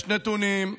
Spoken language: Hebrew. יש נתונים.